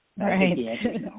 Right